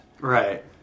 right